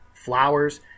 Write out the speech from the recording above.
Flowers